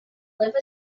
live